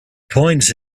points